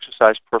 exercise